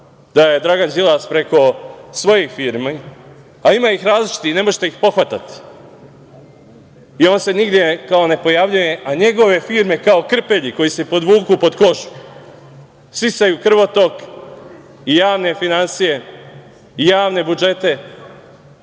da je Dragan Đilas preko svojih firmi, a ima ih različitih i ne možete ih pohvatati, i on se nigde, kao ne pojavljuje, a njegove firme kao krpelji koji se podvuku pod kožu sisaju krvotok i javne finansije i javne budžete